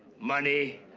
money.